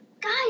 Guys